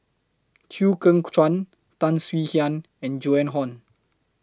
Chew Kheng Chuan Tan Swie Hian and Joan Hon